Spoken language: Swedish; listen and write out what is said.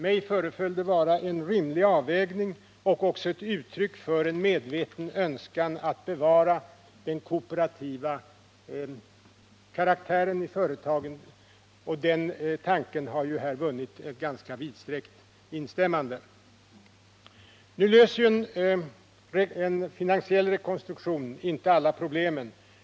Mig föreföll det att vara en rimlig avvägning och också ett uttryck fören medveten önskan att bevara den kooperativa karaktären i företagen, och den tanken har ju här vunnit ett ganska vidsträckt instämmande. Nr 172 Nu löser inte en finansiell rekonstruktion alla problem.